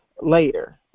later